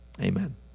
Amen